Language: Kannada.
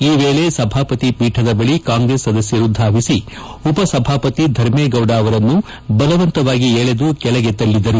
ಈ ವೇಳಿ ಸಭಾಪತಿ ಪೀಠದ ಬಳಿ ಕಾಂಗ್ರೆಸ್ ಸದಸ್ಯರು ಧಾವಿಸಿ ಉಪಸಭಾಪತಿ ಧರ್ಮೇಗೌಡ ಅವರನ್ನು ಬಲವಂತವಾಗಿ ಎಳೆದು ಕೆಳಗೆ ತಳ್ಳಿದರು